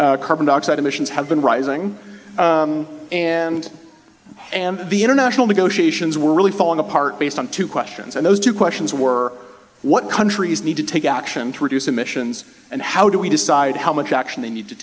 it carbon dioxide emissions have been rising and i am the international negotiations were really falling apart based on two questions and those two questions were what countries need to take action to reduce emissions and how do we decide how much action they need to